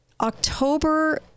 October